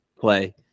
play